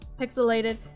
pixelated